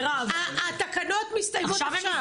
התקנות מסתיימות עכשיו.